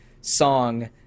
song